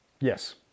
Yes